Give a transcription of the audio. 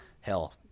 hell